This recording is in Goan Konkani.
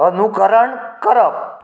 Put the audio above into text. अनुकरण करप